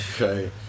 okay